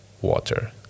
water